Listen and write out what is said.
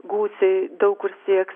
gūsiai daug kur sieks